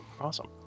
Awesome